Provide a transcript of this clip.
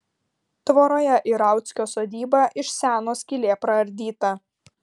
tvoroje į rauckio sodybą iš seno skylė praardyta